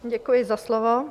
Děkuji za slovo.